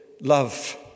love